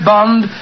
Bond